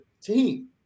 team